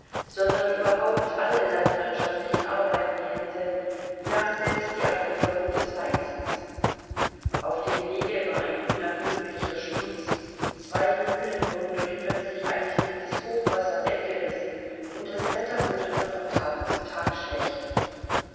sondern überhaupt alle landwirtschaftlichen arbeiten hemmte ja selbst die ablieferung des weizens auf den wegen war ein unergründlicher schmutz zwei mühlen wurden durch plötzlich eintretendes hochwasser weggerissen und das wetter wurde noch von tag zu tag schlechter